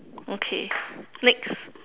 okay next